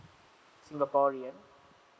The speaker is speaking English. singaporean